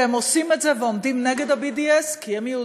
והם עושים את זה ועומדים נגד ה-BDS כי הם יהודים.